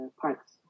parts